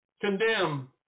condemn